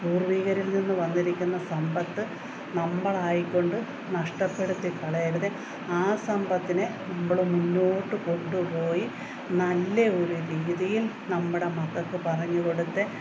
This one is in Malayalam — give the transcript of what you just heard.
പൂർവ്വികരിൽ നിന്ന് വന്നിരിക്കുന്ന സമ്പത്ത് നമ്മളായിക്കൊണ്ട് നഷ്ടപ്പെടുത്തി കളയരുത് ആ സമ്പത്തിനെ നമ്മൾ മുന്നോട്ട് കൊണ്ടുപോയി നല്ല ഒരു രീതിയിൽ നമ്മുടെ മക്കൾക്ക് പറഞ്ഞു കൊടുക്കുക